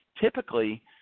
Typically